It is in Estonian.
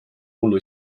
mullu